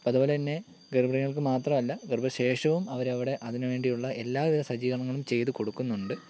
അതുപോലെ തന്നെ ഗർഭിണികൾക്ക് മാത്രമല്ല ഗർഭ ശേഷവും അവർ അവിടെ അതിന് വേണ്ടിയുള്ള എല്ലാവിധ സജ്ജീകരണങ്ങളും ചെയ്ത് കൊടുക്കുന്നുണ്ട്